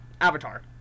avatar